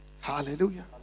Hallelujah